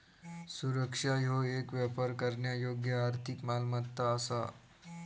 सुरक्षा ह्यो येक व्यापार करण्यायोग्य आर्थिक मालमत्ता असा